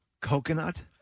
coconut